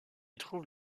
trouve